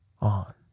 on